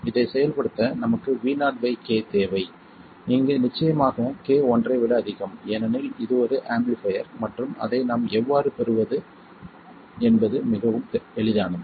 இதை செயல்படுத்த நமக்கு Vo k தேவை இங்கு நிச்சயமாக k ஒன்றை விட அதிகம் ஏனெனில் இது ஒரு ஆம்பிளிஃபைர் மற்றும் அதை நாம் எவ்வாறு பெறுவது Vo k என்பது மிகவும் எளிதானது